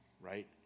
right